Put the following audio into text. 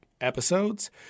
episodes